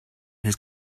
his